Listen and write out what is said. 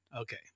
Okay